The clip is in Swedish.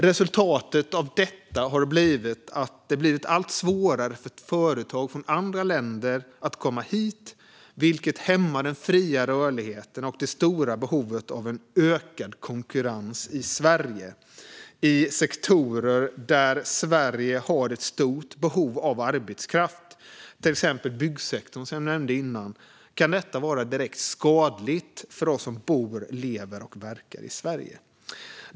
Resultatet av detta har gjort att det har blivit allt svårare för företag från andra länder att komma hit, vilket hämmar den fria rörligheten och det stora behovet av en ökad konkurrens i Sverige. I sektorer där Sverige har ett stort behov av arbetskraft, till exempel i byggsektorn som jag nämnde tidigare, kan detta vara direkt skadligt för oss som bor, lever och verkar i Sverige.